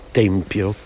tempio